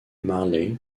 marley